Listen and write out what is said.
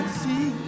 see